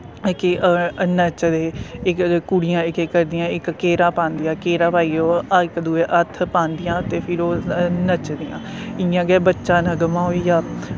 की नचदे कुड़ियां इक इक करदियां इक घेरा पांदियां घेरा पाइयै ओह् इक दुए हत्थ पांदियां ते फिर ओह् नचदियां इयां गै बच्चा नगमा होइया